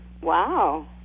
Wow